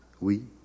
Oui